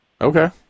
Okay